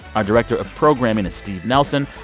our director of programming is steve nelson.